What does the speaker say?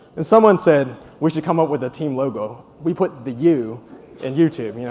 and someone said we should come up with a team logo. we put the you in youtube.